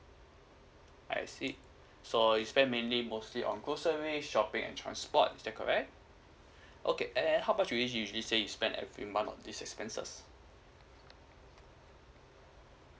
I see so uh you spend mainly mostly on grocery shopping and transport is that correct okay and how about how much do you usually say you spend every month on this expense